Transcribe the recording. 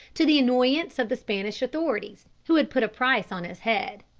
to the annoyance of the spanish authorities, who had put a price on his head.